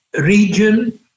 region